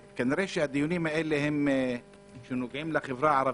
שהדיונים האלה, שנוגעים לחברה הערבית,